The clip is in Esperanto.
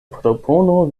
propono